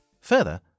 Further